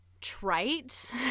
trite